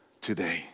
today